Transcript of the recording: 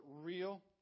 real